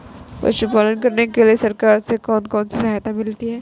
पशु पालन करने के लिए सरकार से कौन कौन सी सहायता मिलती है